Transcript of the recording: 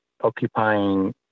occupying